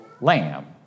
lamb